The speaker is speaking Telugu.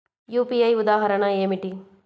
యూ.పీ.ఐ ఉదాహరణ ఏమిటి?